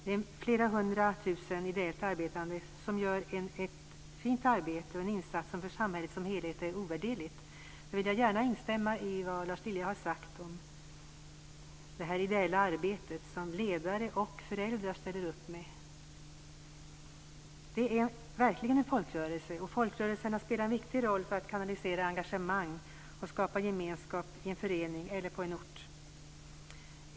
De flera hundra tusen ideellt arbetande ledarna gör ett arbete och en insats som för samhället som helhet är ovärderlig. Jag vill gärna instämma i vad Lars Lilja har sagt om det ideella arbete som ledare och föräldrar ställer upp med. Det är verkligen en folkrörelse, och folkrörelserna spelar en viktig roll för att kanalisera engagemang och skapa gemenskap i en förening eller på en ort.